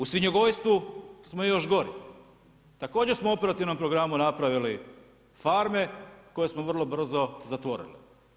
U svinjogojstvu smo još gori, također smo u operativnom programu napravili farme koje smo vrlo brzo zatvorili.